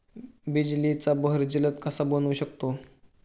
बिजलीचा बहर जलद कसा बनवू शकतो?